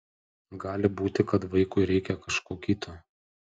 gali būti kad vaikui reikia kažko kito